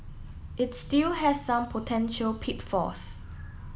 it still has some potential pitfalls